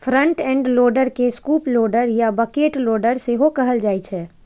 front end loader के scoop loader या bucket loader सेहो कहल जाइ छै